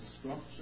structure